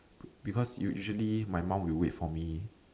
because usually my mum will wait for me